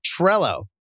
Trello